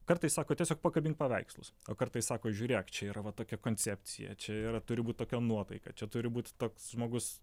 kartais sako tiesiog pakabink paveikslus o kartais sako žiūrėk čia yra va tokia koncepcija čia yra turi būt tokia nuotaika čia turi būt toks žmogus